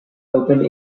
open